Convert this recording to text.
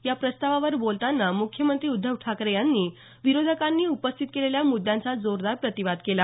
या प्रस्तावावर बोलताना मुख्यमंत्री उद्धव ठाकरे यांनी विरोधकांनी उपस्थित केलेल्या मुद्यांचा जोरदार प्रतिवाद केला